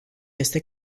este